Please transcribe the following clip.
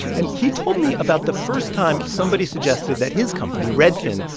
and he told me about the first time somebody suggested that his company, redfin,